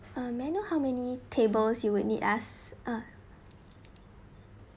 (uh may i know how many tables you would need us uh